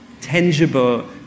tangible